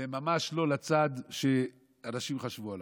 וממש לא לצד שאנשים חשבו עליו.